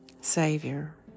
Savior